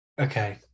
Okay